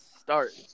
start